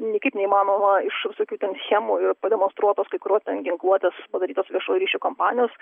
niekaip neįmanoma iš visokių ten schemų ir pademonstruotos kai kurios ten ginkluotės padarytos viešųjų ryšių kompanijos